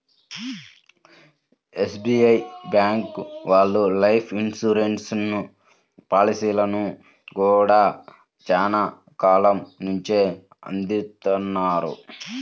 SBI bank వాళ్ళు life insurance పాలసీలను గూడా చానా కాలం నుంచే అందిత్తన్నారు